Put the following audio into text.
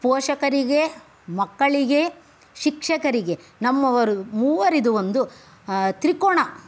ಪೋಷಕರಿಗೆ ಮಕ್ಕಳಿಗೆ ಶಿಕ್ಷಕರಿಗೆ ನಮ್ಮವರು ಮೂವರದ್ದು ಒಂದು ತ್ರಿಕೋನ